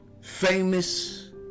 Famous